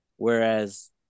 Whereas